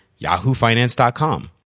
yahoofinance.com